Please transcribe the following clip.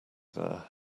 there